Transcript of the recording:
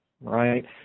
right